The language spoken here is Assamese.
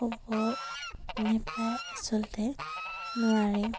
ক'ব নেপায় আচলতে নোৱাৰি